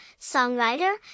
songwriter